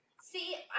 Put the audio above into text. See